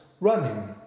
running